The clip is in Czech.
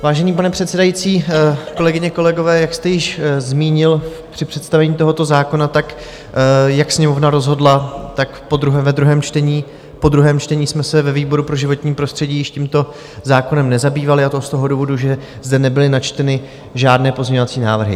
Vážený pane předsedající, kolegyně, kolegové, jak jste již zmínil při představení tohoto zákona, jak Sněmovna rozhodla, tak podruhé ve druhém čtení, po druhém čtení jsme se ve výboru pro životní prostředí již tímto zákonem nezabývali, a to z toho důvodu, že zde nebyly načteny žádné pozměňovací návrhy.